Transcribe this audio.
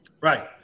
right